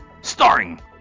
starring